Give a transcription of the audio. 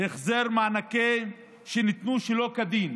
החזר מענקים שניתנו שלא כדין.